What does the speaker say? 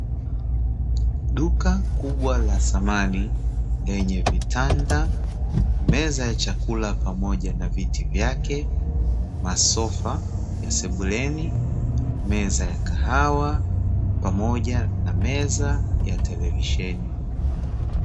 Duka kubwa la samani lenye vitanda, meza ya chakula pamoja na viti vyake, masofa ya sebuleni, meza ya kahawa, pamoja na meza ya televisheni.